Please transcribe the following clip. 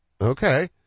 Okay